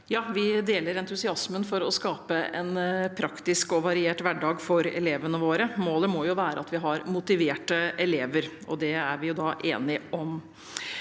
Vi deler entusiasmen for å skape en praktisk og variert hverdag for elevene våre. Målet må være at vi har motiverte elever, og det er vi da enige om.